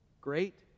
Great